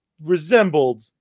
resembled